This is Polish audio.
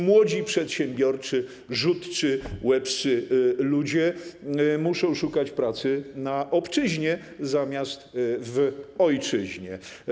Młodzi przedsiębiorcy, rzutcy, łebscy ludzie muszą szukać pracy na obczyźnie zamiast w ojczyźnie.